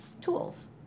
tools